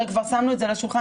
הרי כבר שמנו את זה על השולחן,